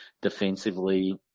defensively